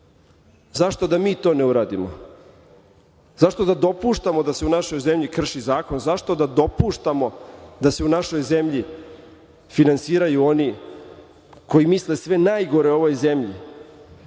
Zašto da mi to ne uradimo? Zašto da dopuštamo da se u našoj zemlji krši zakon? Zašto da dopuštamo da se u našoj zemlji finansiraju oni koji misle sve najgore o ovoj zemlji? Vi